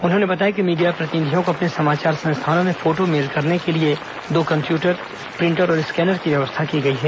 उन्होंने बताया कि मीडिया प्रतिनिधियों को अपने समाचार संस्थानों में फोटो मेल करने दो कम्प्यूटर प्रिंटर और स्कैनर की व्यवस्था की गई है